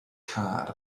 car